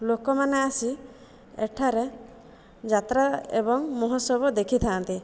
ଲୋକମାନେ ଆସି ଏଠାରେ ଯାତ୍ରା ଏବଂ ମହୋତ୍ସବ ଦେଖିଥାନ୍ତି